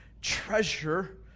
treasure